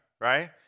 right